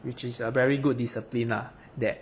which is a very good discipline lah that